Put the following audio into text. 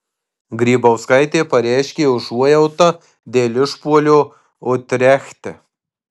grybauskaitė pareiškė užuojautą dėl išpuolio utrechte